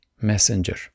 messenger